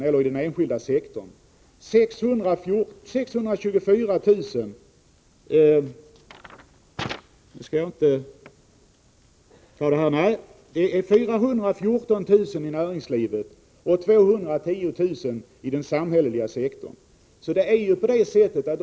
Jag sade i min inledning att det stora flertalet av ungdomarna redan i dag är placerade i den enskilda sektorn. Det är 414 000 ungdomar i näringslivet och 210 000 i den samhälleliga sektorn.